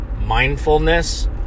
mindfulness